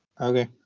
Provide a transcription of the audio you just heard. Okay